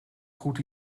goed